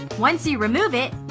once you remove it,